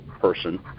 person